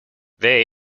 they